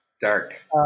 dark